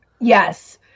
Yes